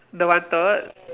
the wanted